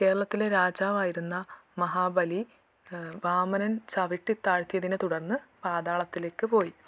കേരളത്തിലെ രാജാവായിരുന്ന മഹാബലി വാമനൻ ചവിട്ടി താഴ്ത്തിയതിനെ തുടർന്ന് പാതാളത്തിലേക്ക് പോയി